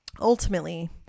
Ultimately